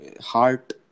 heart